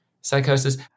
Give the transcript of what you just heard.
psychosis